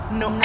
no